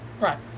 Right